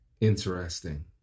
Interesting